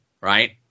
right